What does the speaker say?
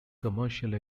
commercial